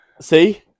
See